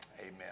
amen